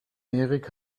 erik